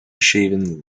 shaven